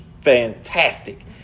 fantastic